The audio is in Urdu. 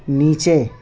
نیچے